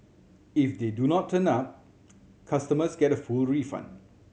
if they do not turn up customers get a full refund